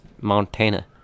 Montana